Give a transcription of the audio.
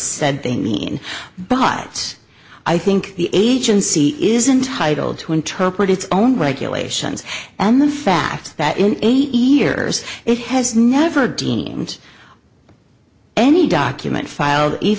said they mean but i think the agency is entitle to interpret its own regulations and the fact that in eighty years it has never deemed any document file